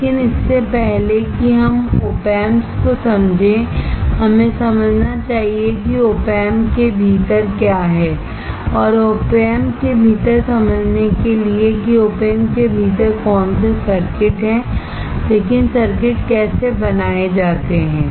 लेकिन इससे पहले कि हम Op Amps को समझें हमें समझना चाहिए कि Op Amp के भीतर क्या है और Op Amp के भीतर समझने के लिए कि Op Amp के भीतर कौन से सर्किट हैं लेकिन सर्किट कैसे बनाए जाते हैं